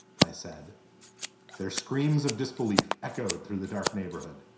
i said their screams of disbelief echoed through the dark neighborhood.